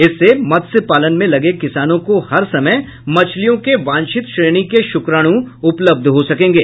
इससे मत्स्य पालन में लगे किसानों को हर समय मछलियों के वांछित श्रेणी के शुक्राणु उपलब्ध हो सकेगें